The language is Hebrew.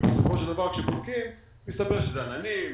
ובסופו של דבר כשבודקים מסתבר שזה עננים,